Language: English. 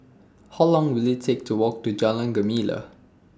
How Long Will IT Take to Walk to Jalan Gemala